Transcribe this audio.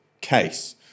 case